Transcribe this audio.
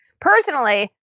Personally